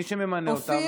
מי שממנה אותם,